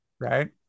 right